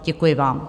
Děkuji vám.